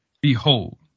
Behold